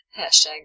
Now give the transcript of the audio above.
Hashtag